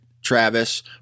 Travis